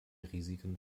risiken